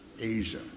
Asia